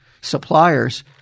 suppliers